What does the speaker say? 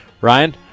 Ryan